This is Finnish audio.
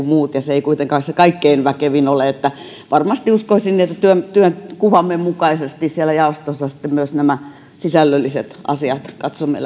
muut ja se ei kuitenkaan se kaikkein väkevin ole varmasti uskoisin että työnkuvamme mukaisesti jaostossa sitten myös nämä sisällölliset asiat katsomme